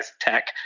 tech